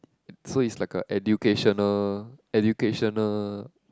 so it's like a educational educational